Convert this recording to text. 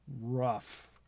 rough